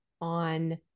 on